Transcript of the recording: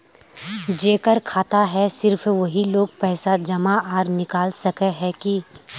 जेकर खाता है सिर्फ वही लोग पैसा जमा आर निकाल सके है की?